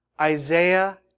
Isaiah